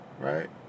right